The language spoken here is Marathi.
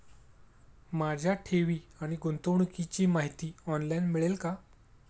माझ्या ठेवी आणि गुंतवणुकीची माहिती ऑनलाइन मिळेल का?